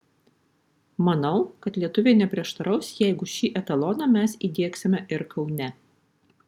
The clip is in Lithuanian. manau kad lietuviai neprieštaraus jeigu šį etaloną mes įdiegsime ir kaune